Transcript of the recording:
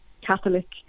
Catholic